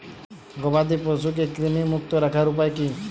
গবাদি পশুকে কৃমিমুক্ত রাখার উপায় কী?